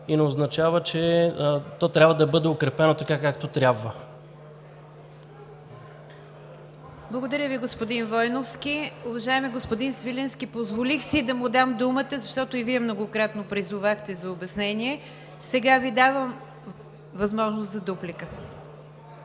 и не означава, че то не трябва да бъде укрепено както трябва. ПРЕДСЕДАТЕЛ НИГЯР ДЖАФЕР: Благодаря Ви, господин Войновски. Уважаеми господин Свиленски, позволих си да му дам думата, защото и Вие многократно призовахте за обяснение. Сега Ви давам възможност за дуплика,